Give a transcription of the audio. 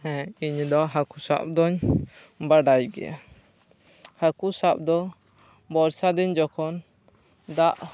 ᱦᱮᱸ ᱤᱧ ᱫᱚ ᱦᱟᱹᱠᱩ ᱥᱟᱵ ᱫᱩᱧ ᱵᱟᱰᱟᱭ ᱜᱮᱭᱟ ᱦᱟᱹᱠᱩ ᱥᱟᱵ ᱫᱚ ᱵᱚᱨᱥᱟ ᱫᱤᱱ ᱡᱚᱠᱷᱚᱱ ᱫᱟᱜ